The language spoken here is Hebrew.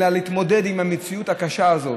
אלא להתמודד עם המציאות הקשה הזאת,